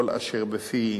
כל אשר בפי